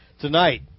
Tonight